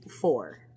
four